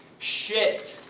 shit!